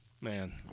Man